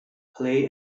play